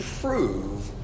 prove